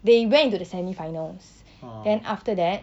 they went into the semi finals then after that